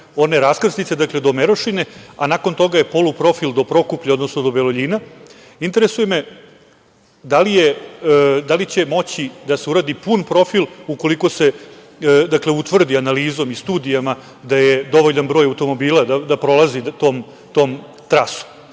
one raskrsnice do Merošine, a nakon toga je poluprofil do Prokuplja, odnosno do Beloljina, interesuje me da li će moći da se uradi pun profil ukoliko se utvrdi analizom i studijama da prolazi dovoljan broja automobila tom trasom?